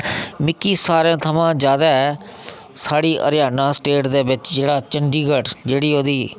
मिकी सारें थमां जैदा साढ़ी हरियाणा स्टेट दे बिच जेह्ड़ा चंडीगढ़ जेह्ड़ी ओह्दी